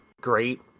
great